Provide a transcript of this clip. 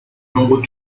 nombreux